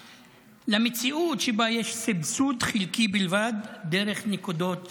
למציאות שבה יש סבסוד חלקי בלבד דרך נקודות זכות.